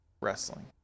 wrestling